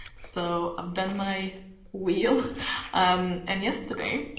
so i've done my wheel um and yesterday.